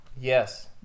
Yes